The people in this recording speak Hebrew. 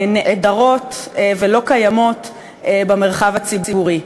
נעדרות ולא קיימות במרחב הציבורי.